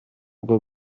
bwo